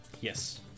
yes